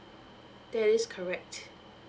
that is correct